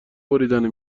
بریدن